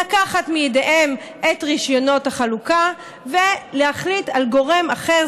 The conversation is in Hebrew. לקחת מידיהם את רישיונות החלוקה ולהחליט על גורם אחר,